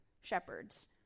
shepherds